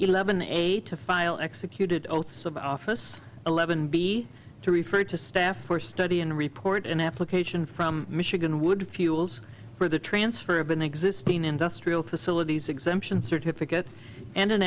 eleven eight to file executed oaths of office eleven b to refer to staff for study and report an application from michigan would fuels for the transfer of an existing industrial facilities exemption certificate and an